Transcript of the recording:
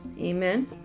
amen